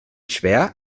schwer